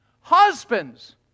Husbands